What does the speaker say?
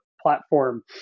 platform